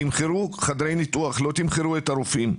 תמחרו חדרי ניתוח, לא תמחרו את הרופאים.